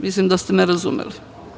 Mislim da ste me razumeli.